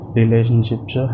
relationships